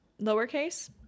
lowercase